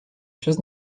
przez